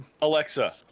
Alexa